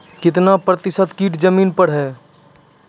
कितना प्रतिसत कीट जमीन पर हैं?